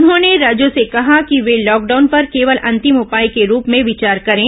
उन्होंने राज्यों से कहा कि वे लॉकडाउन पर केवल अंतिम उपाय के रूप में विचार करें